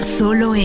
solo